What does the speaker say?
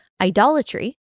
idolatry